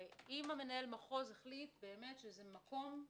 אם מנהל המחוז החליט שזה נכון,